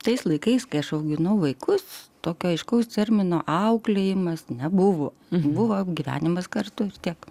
tais laikais kai aš auginau vaikus tokio aiškaus termino auklėjimas nebuvo buvo gyvenimas kartu tiek